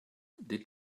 did